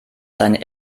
seinen